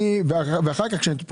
ואחר כך,